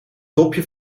dopje